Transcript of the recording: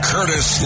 Curtis